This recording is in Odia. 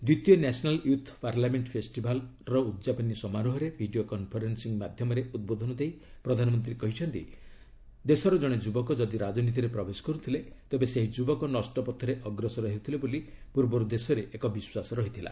ଦ୍ୱିତୀୟ ନ୍ୟାସନାଲ ୟୁଥ୍ ପାର୍ଲାମେଣ୍ଟ ଫେଷ୍ଟିଭାଲର ଉଦ୍ଯାପନୀ ସମାରୋହରେ ଭିଡ଼ିଓ କନ୍ଫରେନ୍ସିଂ ମାଧ୍ୟମରେ ଉଦ୍ବୋଧନ ଦେଇ ପ୍ରଧାନମନ୍ତ୍ରୀ କହିଛନ୍ତି ଦେଶର ଜଣେ ଯୁବକ ଯଦି ରାଜନୀତିରେ ପ୍ରବେଶ କରୁଥିଲେ ତେବେ ସେହି ଯୁବକ ନଷ୍ଟ ପଥରେ ଅଗ୍ରସର ହେଉଥିଲେ ବୋଲି ପୂର୍ବରୁ ଦେଶରେ ଏକ ବିଶ୍ୱାସ ରହିଥିଲା